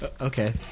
Okay